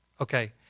Okay